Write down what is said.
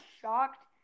shocked